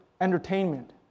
entertainment